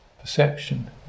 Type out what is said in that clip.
perception